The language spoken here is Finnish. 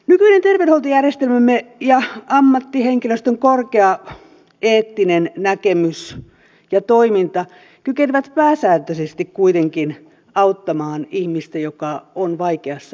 nykyinen terveydenhuoltojärjestelmämme ja ammattihenkilöstön korkea eettinen näkemys ja toiminta kykenevät kuitenkin pääsääntöisesti auttamaan ihmistä joka on vaikeassa elämäntilanteessa